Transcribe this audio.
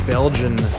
Belgian